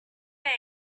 same